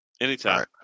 anytime